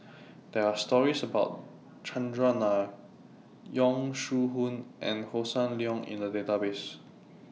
There Are stories about Chandran Nair Yong Shu Hoong and Hossan Leong in The Database